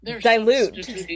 dilute